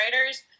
writers